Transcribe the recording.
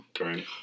Right